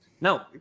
No